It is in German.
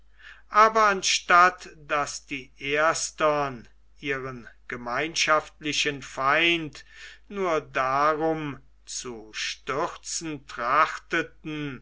aber anstatt daß die erstern ihren gemeinschaftlichen feind nur darum zu stürzen trachteten